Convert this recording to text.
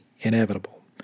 inevitable